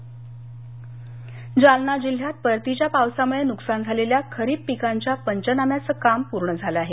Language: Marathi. जालना जालना जिल्ह्यात परतीच्या पावसामुळे नुकसान झालेल्या खरीप पिकांच्या पंचनाम्याचं काम पूर्ण झालं आहे